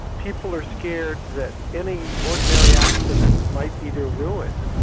people are scared that any ordinary accident might be their ruin.